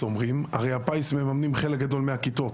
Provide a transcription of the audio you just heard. הרי מפעל הפיס מממן חלק גדול מן הכיתות.